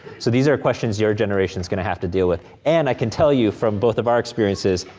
so these are questions your generation's gonna have to deal with, and i can tell you from both of our experiences,